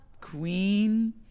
Queen